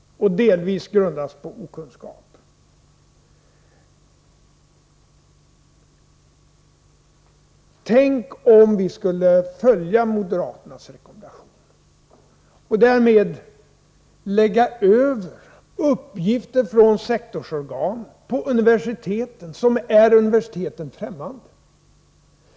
I viss utsträckning grundas de på okunskap. Tänk om vi skulle följa moderaternas rekommendation och lägga över uppgifter från sektorsorganen på universiteten, uppgifter som är universiteten främmande.